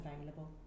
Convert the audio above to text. available